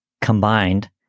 combined